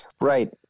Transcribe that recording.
Right